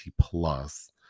plus